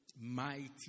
mighty